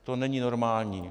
To není normální.